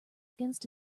against